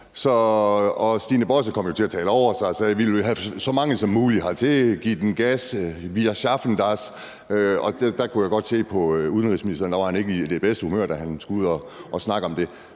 Stine Bosse kom til at tale over sig og sagde, at vi vil have så mange som muligt hertil, give den gas, wir schaffen das. Der kunne jeg godt se på udenrigsministeren, at han ikke var i det bedste humør, da han skulle ud og snakke om det.